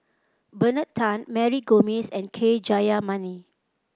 Bernard Tan Mary Gomes and K Jayamani